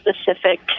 specific